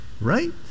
right